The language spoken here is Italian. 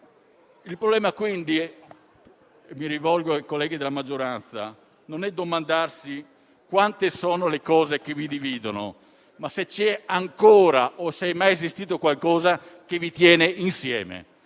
Il problema, quindi - mi rivolgo ai colleghi della maggioranza - non è domandarsi quante sono le cose che vi dividono, ma se c'è ancora o se è mai esistito qualcosa che vi tiene insieme,